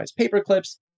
paperclips